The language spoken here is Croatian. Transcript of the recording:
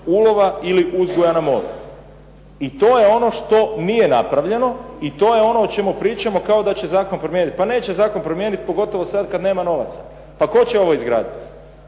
ulova ili uzgoja na moru. I to je ono što nije napravljeno i to je ono o čemu pričamo kao da će zakon promijeniti. Pa neće zakon promijeniti pogotovo sad kad nema novaca. Pa tko će ovo izgraditi?